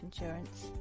insurance